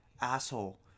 asshole